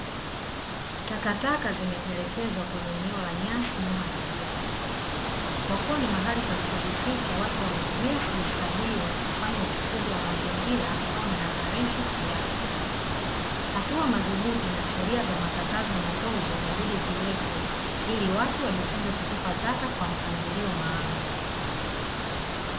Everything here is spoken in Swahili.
Takataka zimetelekezwa kwenye eneo la nyasi nyuma ya jengo, kwakuwa ni mahari palipojificha watu wametumia fursa hiyo kuchafua mazingira, ambayo nai hatarishi kiafya hatua madhubuti na sheria makazo natozo lazima ziwepkwe ili watu wajifunze kutupa taka kwa mpangilio maalumu.